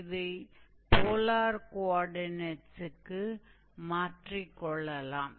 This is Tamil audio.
இதை போலார் கொஆர்டினேட்ஸுக்கு மாற்றிக் கொள்ளலாம்